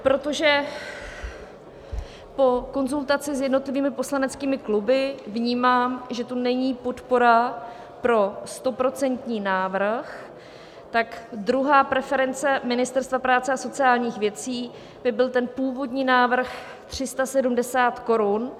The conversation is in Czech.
Protože po konzultaci s jednotlivými poslaneckými kluby vnímám, že tu není podpora pro 100% návrh, druhá preference Ministerstva práce a sociálních věcí by byl ten původní návrh 370 korun.